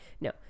No